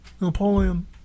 Napoleon